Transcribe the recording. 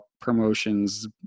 promotions